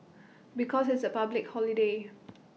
because it's A public holiday